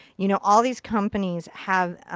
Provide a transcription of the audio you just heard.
you know, all these companies have, ah